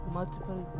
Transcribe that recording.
multiple